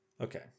okay